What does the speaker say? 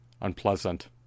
unpleasant